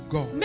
God